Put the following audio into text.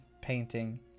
painting